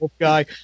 guy